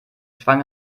schwang